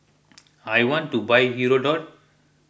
I want to buy Hirudoid